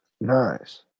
Nice